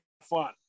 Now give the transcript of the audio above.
fun